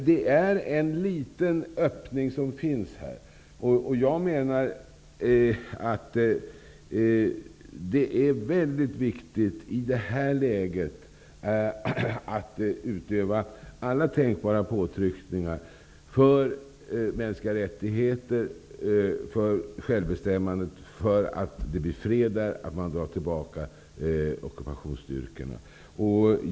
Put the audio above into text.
Det finns en liten öppning här. I det här läget är det mycket viktigt att utöva alla tänkbara påtryckningar för mänskliga rättigheter och självbestämmande, för att det skall bli fred och för att skall man dra tillbaka ockupationsstyrkorna.